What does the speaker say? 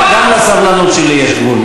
גם לסבלנות שלי יש גבול.